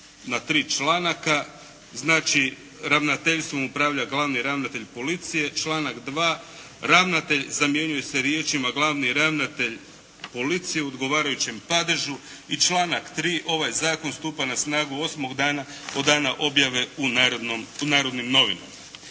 na tri članka. Znači ravnateljstvom upravlja glavni ravnatelj policije, članak 2. "Ravnatelj" zamjenjuje se riječima "glavni ravnatelj policije" u odgovarajućem padežu. I članak 3., ovaj zakon stupa na snagu osmog dana od dana objave u "Narodnim novinama".